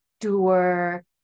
doer